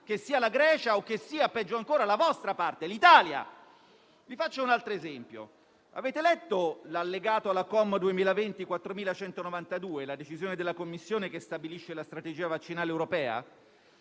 siano la Grecia o - peggio ancora - la vostra parte, l'Italia. Vi faccio un altro esempio. Avete letto l'allegato alla COM n. 4192 del 2020, la decisione della Commissione che stabilisce la strategia vaccinale europea?